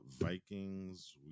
vikings